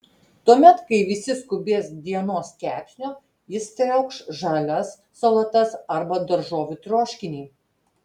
tuomet kai visi skubės dienos kepsnio jis triaukš žalias salotas arba daržovių troškinį